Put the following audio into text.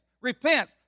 Repent